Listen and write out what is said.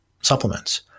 supplements